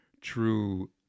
true